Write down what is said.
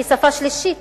שהיא שפה שלישית